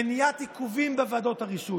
מניעת עיכובים בוועדות הרישוי.